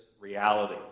reality